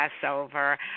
Passover